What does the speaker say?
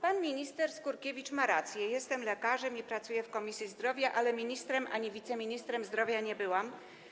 Pan minister Skurkiewicz ma rację, jestem lekarzem i pracuję w Komisji Zdrowia, ale ani ministrem, ani wiceministrem zdrowia nie byłam.